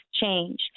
change